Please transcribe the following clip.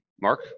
mark